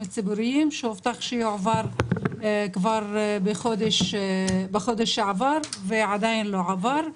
הציבוריים שהובטח שיועבר כבר בחודש שעבר ועדיין לא עבר.